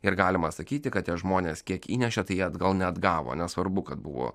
ir galima sakyti kad tie žmonės kiek įnešė tai atgal neatgavo nesvarbu kad buvo